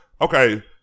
Okay